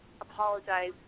apologize